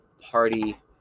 Party